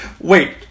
wait